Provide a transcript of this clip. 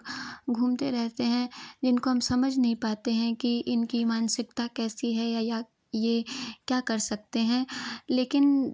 घूमते रहते हैं जिनको हम समझ नहीं पाते हैं कि इनकी मानसिकता कैसी है या या यह क्या कर सकते हैं लेकिन